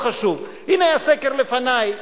הנה הסקר לפני.